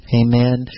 amen